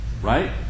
Right